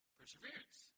perseverance